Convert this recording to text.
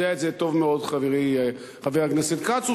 יודע את זה טוב מאוד חברי חבר הכנסת כץ.